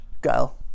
girl